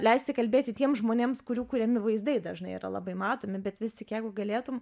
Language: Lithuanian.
leisti kalbėti tiem žmonėms kurių kuriami vaizdai dažnai yra labai matomi bet vis tik jeigu galėtum